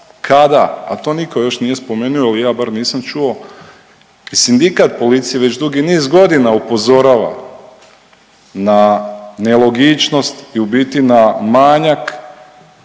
kada, a to nitko još nije spomenuo ili ja bar ja nisam čuo, sindikat policije već dugi niz godina upozorava na nelogičnost i u biti na manjak